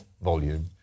volume